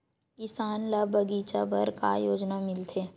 किसान ल बगीचा बर का योजना मिलथे?